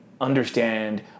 understand